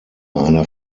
einer